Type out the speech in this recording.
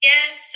Yes